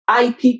IP